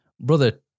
brother